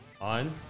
On